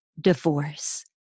divorce